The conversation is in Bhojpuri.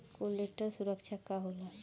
कोलेटरल सुरक्षा का होला?